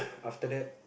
after that